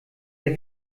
der